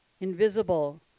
invisible